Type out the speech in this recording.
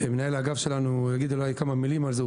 מנהל האגף כלי ירייה יגיד אולי כמה מילים על זה,